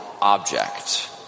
object